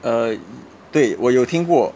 err 对我有听过